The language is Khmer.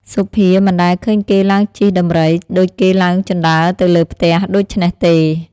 សុភាមិនដែលឃើញគេឡើងជិះដំរី ដូចគេឡើងជណ្តើរទៅលើផ្ទះ ដូច្នេះទេ ។